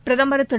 பிரதமர் திரு